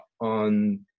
on